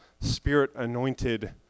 spirit-anointed